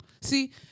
See